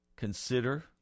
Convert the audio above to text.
consider